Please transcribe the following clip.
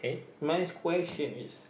my question is